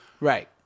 Right